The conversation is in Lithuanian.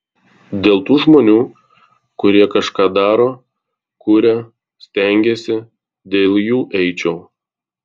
dėl tų žmonių kurie kažką daro kuria stengiasi dėl jų eičiau